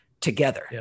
together